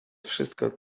wszystko